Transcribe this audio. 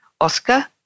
Oscar